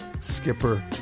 skipper